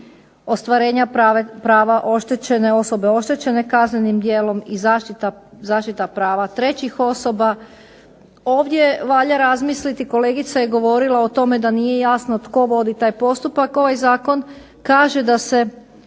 ostvarenja prava oštećene osobe, oštećene kaznenim djelom i zaštita prava trećih osoba. Ovdje valja razmisliti, kolegica je govorila o tome da nije jasno tko vodi taj postupak. Ovaj zakon kaže da se